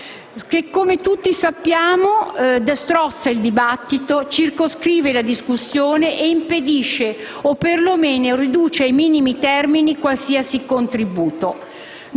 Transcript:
- che tutti sappiamo strozza il dibattito, circoscrive la discussione e impedisce (o per lo meno riduce ai minimi termini) qualsiasi contributo.